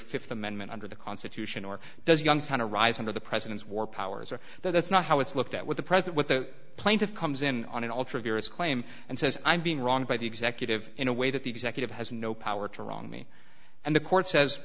your th amendment under the constitution or does youngstown to rise under the president's war powers or that that's not how it's looked at with the present with the plaintiff comes in on an ultra vires claim and says i'm being wronged by the executive in a way that the executive has no power to wrong me and the court says